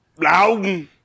loud